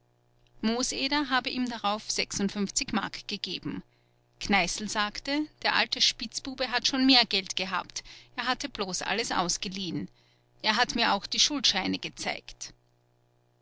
mooseder habe ihm darauf m gegeben kneißl sagte der alte spitzbube hat schon mehr geld gehabt er hatte bloß alles ausgeliehen er hat mir auch die schuldscheine gezeigt